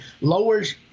lowers